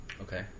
Okay